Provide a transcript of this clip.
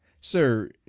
sir